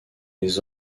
les